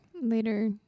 Later